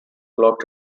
folk